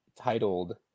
titled